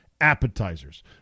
Appetizers